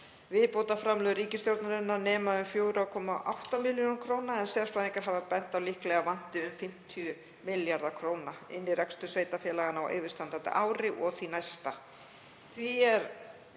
Viðbótarframlög ríkisstjórnarinnar nema um 4,8 milljörðum kr. en sérfræðingar hafa bent á að líklega vanti um 50 milljarða kr. inn í rekstur sveitarfélaganna á yfirstandandi ári og því næsta.